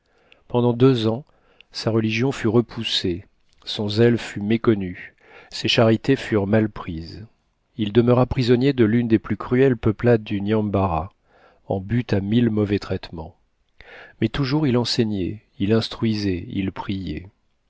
pendant deux ans sa religion fut repoussée son zèle fut méconnu ses charités furent malaisés il demeura prisonnier de l'une des plus cruelles peuplades du nyambarra en butte à mille mauvais traitements mais toujours il enseignait il instruisait il priait